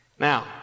Now